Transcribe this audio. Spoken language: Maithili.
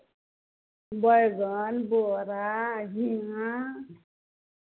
बैगन बोरा झिङ्गा